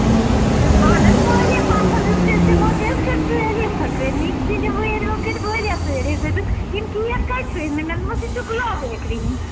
اَہَن حظ واریاہ پَسَنٛد حظ کٔر تِمو تہِ حظ کٔر تعٲریٖفَ کٔر نکہٕ سنٛدیٚو وٲرویٚو کٔر واریاہ تعٲریٖف دوپکھ یِم کیک کَتہِ چھُو أنمٕتۍ مےٚ دوٚپمَکھ یہِ چھُ گُلاب بیکری ہِنٛدۍ